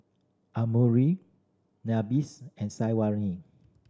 Nabis and